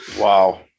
Wow